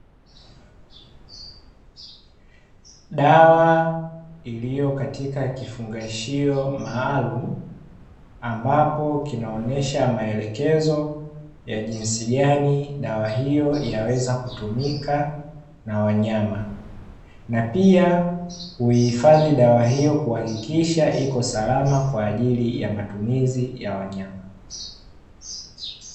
Dawa iliyo katika kifungashio maalumu, ambapo kinaonyesha maelekezo ya jinsi gani dawa hiyo yaweza kutumika na wanyama, na pia huihifadhi dawa hiyo kuhakikisha iko salama kwa ajili ya matumizi ya wanyama.